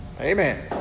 amen